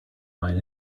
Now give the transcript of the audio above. mine